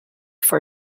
for